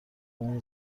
اون